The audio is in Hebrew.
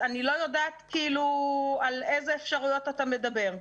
אני לא יודעת על איזה אפשרויות אתה מדבר.